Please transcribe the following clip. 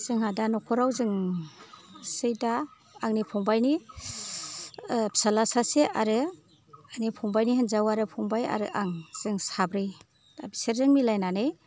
जोंहा दा नखराव जोंसै दा आंनि फंबायनि फिसाज्ला सासे आरो आंनि फंबायनि हिन्जाव आरो फंबाय आरो आं जों साब्रै दा बिसोरजों मिलायनानै